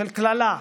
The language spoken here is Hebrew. של קללה.